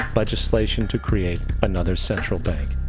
legislation to create another central bank.